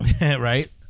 Right